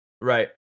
Right